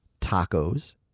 tacos